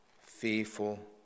fearful